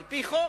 על-פי חוק,